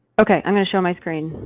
okay, i'm gonna share my screen.